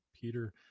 Peter